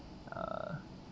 err